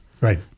Right